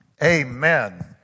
Amen